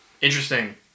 Interesting